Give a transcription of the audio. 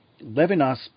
Levinas